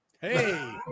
hey